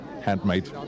handmade